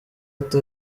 ati